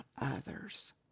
others